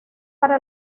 para